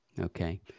Okay